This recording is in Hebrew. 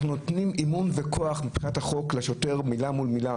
אנחנו נותנים אמון וכוח מבחינת החוק לשוטר מילה מול מילה